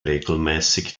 regelmäßig